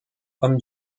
homme